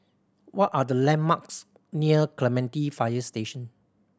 what are the landmarks near Clementi Fire Station